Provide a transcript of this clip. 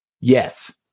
Yes